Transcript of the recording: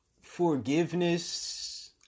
forgiveness